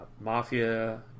Mafia